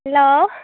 hello